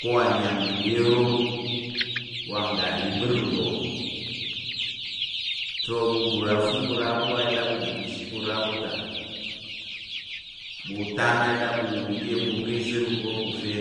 ko nyáng nəm iya̱m iro wa ngga ri igbəl nggo so ɓu bur afu ɓu ra ko i da ɓu bur ishi ɓu ra ká̱ ta ɓu tán ida ɓu. wur iga iya̱m ɓu ka ìzər ɓu ka̱ pa̱ u fe